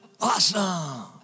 Awesome